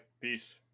Peace